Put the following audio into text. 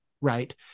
right